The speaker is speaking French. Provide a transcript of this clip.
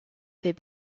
fait